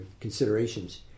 considerations